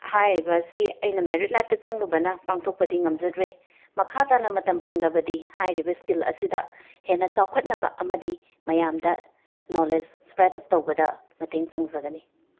ꯍꯥꯏꯔꯤꯕꯁꯤ ꯑꯩꯅ ꯃꯦꯔꯤꯠ ꯂꯥꯏꯐꯇ ꯆꯪꯂꯨꯕꯅ ꯄꯥꯡꯊꯣꯛꯄꯗꯤ ꯉꯝꯖꯗ꯭ꯔꯦ ꯃꯈꯥ ꯇꯥꯅ ꯃꯇꯝ ꯐꯪꯂꯕꯗꯤ ꯍꯥꯏꯔꯤꯕ ꯁ꯭ꯀꯤꯜ ꯑꯁꯤꯗ ꯍꯦꯟꯅ ꯆꯥꯎꯈꯠꯅꯕ ꯑꯃꯗꯤ ꯃꯌꯥꯝꯗ ꯅꯣꯂꯦꯁ ꯁ꯭ꯄ꯭ꯔꯦꯠ ꯑꯞ ꯇꯧꯕꯗ ꯃꯇꯦꯡ ꯄꯥꯡꯖꯒꯅꯤ